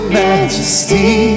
majesty